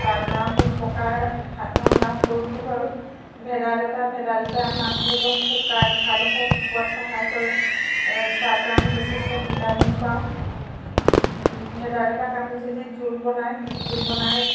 তাৰপৰা আমি উপকাৰ সাধন লাভ কৰোঁ বুলি পাৰোঁ ভেদাইলতা ভেদাইলতাই আমাক ধৰি লওক শুকায় ঘাঁডোখৰ শুকোৱাত সহায় কৰে তাৰপৰা আমি যথেষ্ট ভিটামিন পাওঁ ভেদাইলতাক আমি যদি জোল বনাই জোল বনাই